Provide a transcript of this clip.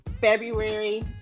February